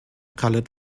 colored